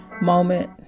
moment